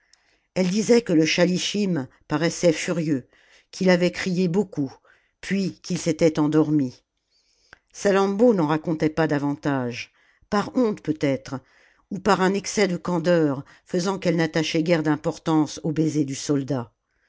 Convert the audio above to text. elle disait que le schalischim paraissait furieux qu'il avait crié beaucoup puis qu'il s'était endormi salammbô n'en racontait pas davantage par honte peut-être ou par un excès de candeur faisant qu'elle n'attachait guère d'importance aux baisers du soldat